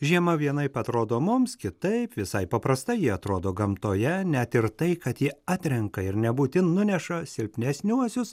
žiema vienaip atrodo mums kitaip visai paprastai ji atrodo gamtoje net ir tai kad jie atrenka ir nebūtin nuneša silpnesniuosius